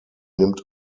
nimmt